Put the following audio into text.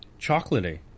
chocolatey